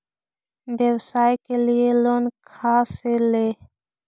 व्यवसाय के लिये लोन खा से ले?